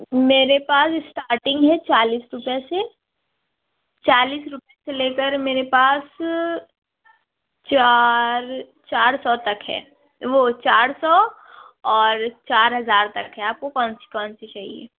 میرے پاس اسٹارٹنگ ہے چالیس روپئے سے چالیس روپئے سے لے کر میرے پاس چار چار سو تک ہے وہ چار سو اور چار ہزار تک ہے آپ کو کون سی کون سی چاہیے